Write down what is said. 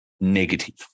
negative